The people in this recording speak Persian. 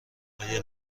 آیا